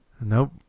Nope